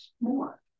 more